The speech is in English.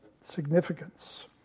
significance